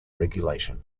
regulation